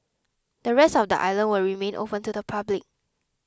the rest of the island will remain open to the public